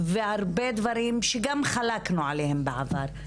והרבה דברים שגם חלקנו עליהם בעבר.